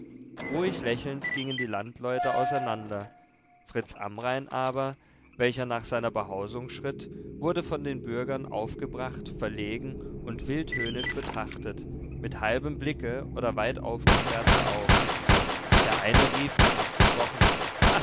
ruhig lächelnd gingen die landleute auseinander fritz amrain aber welcher nach seiner behausung schritt wurde von den bürgern aufgebracht verlegen und wild höhnisch betrachtet mit halbem blicke oder weit aufgesperrten augen der eine rief ein abgebrochenes